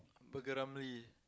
burger Ramly